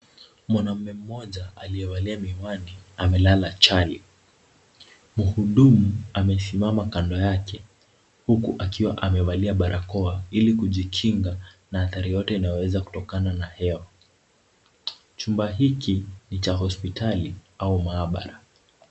Mwanaume mmoja aliyevalia miwani amelala chali. Mhudumu amesimama kando yake akiwa amevalia barakoa ili kujikinga na athari yote inaweza tokea na hewa. Chumba hiki ni cha hospitali au maabara.